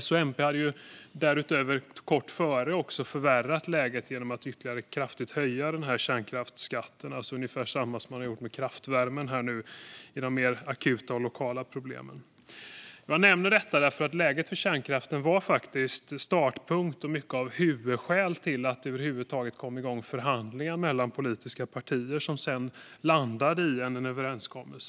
S och MP hade därutöver kort före förvärrat läget genom att ytterligare kraftigt höja kärnkraftsskatten. Det är ungefär detsamma som man nu har gjort med kraftvärmen i de mer akuta och lokala problemen. Jag nämner detta därför att läget för kärnkraften var startpunkt och mycket av huvudskäl till att det över huvud taget kom igång förhandlingar mellan politiska partier som sedan landade i en överenskommelse.